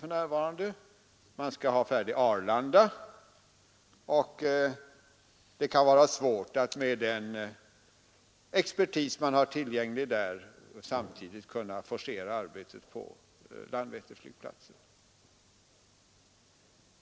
Man skall bl.a. ha arbetena på Arlanda färdiga. Och med den expertis som finns tillgänglig kan det vara svårt att samtidigt forcera arbetet på Landvetterflygplatsen.